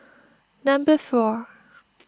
number four